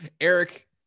eric